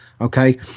Okay